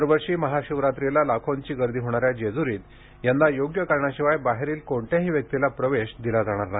दरवर्षी महाशिवरात्रीला लाखोंची गर्दी होणाऱ्या जेजूरीत यंदा योग्य कारणाशिवाय बाहेरील कोणत्याही व्यक्तीला प्रवेश दिला जाणार नाही